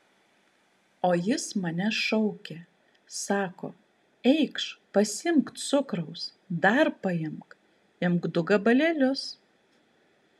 o jis mane šaukė sako eikš pasiimk cukraus dar paimk imk du gabalėlius